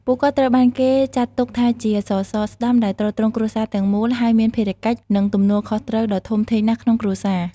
ពួកគាត់ត្រូវបានគេចាត់ទុកថាជា សសរស្តម្ភ ដែលទ្រទ្រង់គ្រួសារទាំងមូល ហើយមានភារកិច្ច និងទំនួលខុសត្រូវដ៏ធំធេងណាស់ក្នុងគ្រួសារ។